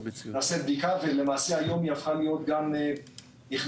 נעשה בדיקה ולמעשה היום היא הפכה להיות נכנסו